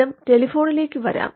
വീണ്ടും ടെലിഫോണിലേക്ക് വരാം